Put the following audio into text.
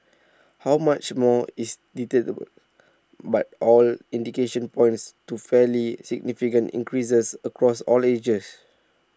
how much more is but all indications points to fairly significant increases across all ages